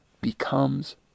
becomes